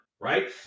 right